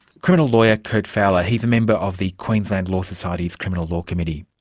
criminal lawyer kurt fowler. he's a member of the queensland law society's criminal law committee.